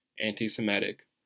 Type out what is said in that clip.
anti-Semitic